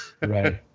right